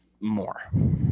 more